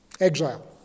exile